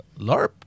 LARP